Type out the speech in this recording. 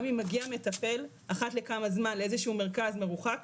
גם אם מגיע מטפל אחת לכמה זמן לאיזה שהוא מרכז מרוחק,